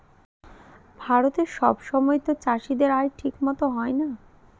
ভারতে সব সময়তো চাষীদের আয় ঠিক মতো হয় না